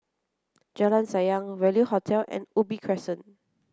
Jalan Sayang Value Hotel and Ubi Crescent